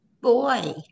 boy